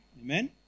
Amen